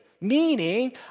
meaning